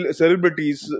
celebrities